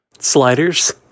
sliders